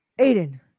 Aiden